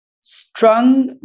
strong